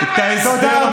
תודה רבה.